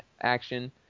action